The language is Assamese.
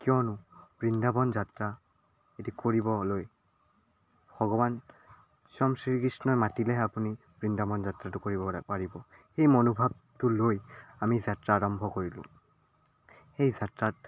কিয়নো বৃন্দাবন যাত্ৰা এটি কৰিবলৈ ভগৱান স্বয়ং শ্ৰীকৃষ্ণই মাতিলেহে আপুনি বৃন্দাবন যাত্ৰাটো কৰিব পাৰিব এই মনোভাৱটো লৈ আমি যাত্ৰা আৰম্ভ কৰিলোঁ এই যাত্ৰাত